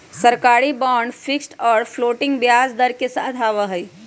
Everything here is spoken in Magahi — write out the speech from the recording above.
सरकारी बांड फिक्स्ड और फ्लोटिंग ब्याज दर के साथ आवा हई